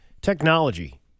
Technology